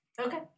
Okay